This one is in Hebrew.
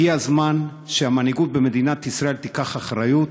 הגיע הזמן שהמנהיגות במדינת ישראל תיקח אחריות